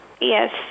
Yes